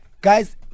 Guys